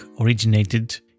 originated